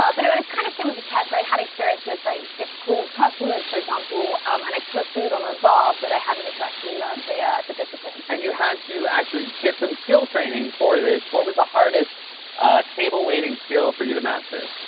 ah but it was kind of similar to tess, where i had experience with, like, difficult customers for example, um and i'd put food on a bar, but i hadn't exactly learned the ah the disciplines. and you had to actually get some skill training for this. what was the hardest table waiting skill for you to master?